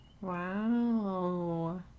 Wow